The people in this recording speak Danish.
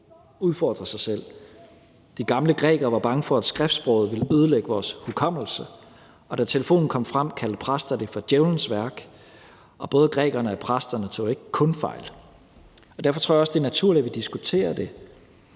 De gamle grækere var bange for, at skriftsproget ville ødelægge vores hukommelse, og da telefonen kom frem, kaldte præster det for djævlens værk, og både grækerne og præsterne tog ikke kun fejl. Derfor tror jeg også, det er naturligt, at vi diskuterer alt